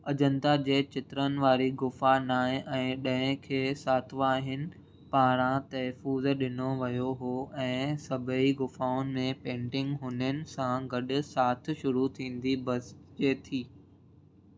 अजंता जे चित्रनि वारी गुफ़ा नाहे ऐं ॾह खे सातवाहिनि पारां तहफ़ुज़ु ॾिनो वियो हो ऐं सभेई गुफ़ाउनि में पेंटिंग हुननि सां गॾु साथ शुरू थींदी बसि जे थी